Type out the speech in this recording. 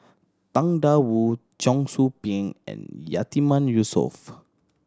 Tang Da Wu Cheong Soo Pieng and Yatiman Yusof